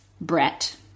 Brett